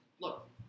look